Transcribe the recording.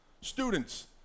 students